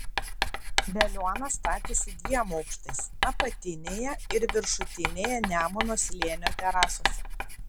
veliuona statėsi dviem aukštais apatinėje ir viršutinėje nemuno slėnio terasose